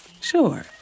Sure